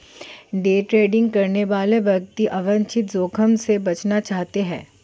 day trading करने वाले व्यक्ति अवांछित जोखिम से बचना चाहते हैं